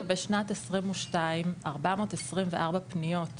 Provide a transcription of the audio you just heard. יש לנו בשנת 2022 - 424 פניות.